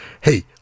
Hey